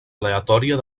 aleatòria